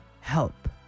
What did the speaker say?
Help